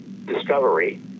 discovery